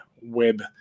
Web